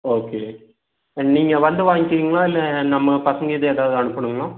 okay ஆ நீங்கள் வந்து வாங்கிக்கிறீங்களா இல்லை நம்ம பசங்க இது எதாவது அனுப்பணுமா